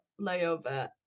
layover